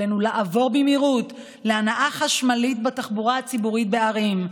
עלינו לעבור במהירות להנעה חשמלית בתחבורה הציבורית בערים.